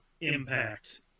impact